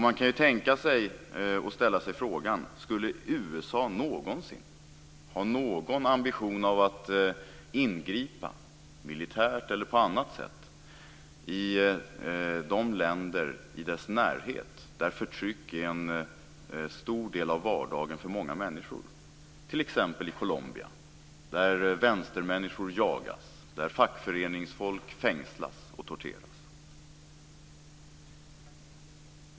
Man kan ju ställa sig frågan: Skulle USA någonsin ha någon ambition att ingripa, militärt eller på annat sätt, i de länder i dess närhet där förtryck är en stor del av vardagen för många människor, t.ex. i Colombia, där vänstermänniskor jagas och där fackföreningsfolk fängslas och torteras?